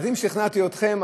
אז אם שכנעתי אתכם,